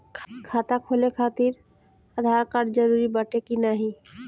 खाता खोले काहतिर आधार कार्ड जरूरी बाटे कि नाहीं?